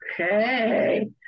okay